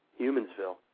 Humansville